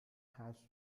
has